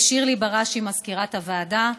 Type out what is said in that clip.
ולשירלי בראשי מזכירת הוועדה.